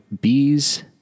bees